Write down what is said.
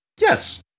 Yes